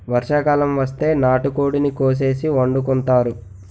వర్షాకాలం వస్తే నాటుకోడిని కోసేసి వండుకుంతారు